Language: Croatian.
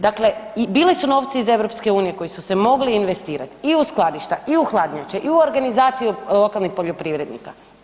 Dakle, bili su novci iz EU koji su se mogli investirat i u skladišta i u hladnjače i u organizaciju lokalnih poljoprivrednika.